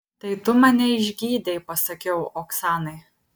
tai tu mane išgydei pasakiau oksanai